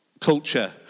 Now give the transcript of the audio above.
culture